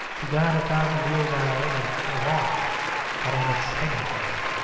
to god a thousand years are not only a watch but an exciting watch.